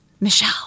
Michelle